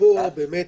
כמו ב-37(א),